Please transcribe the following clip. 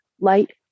light